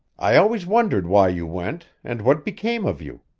i always wondered why you went, and what became of you.